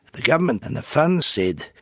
the government and the funds said,